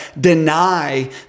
deny